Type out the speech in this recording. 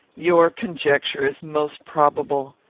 your conjecture is most probable.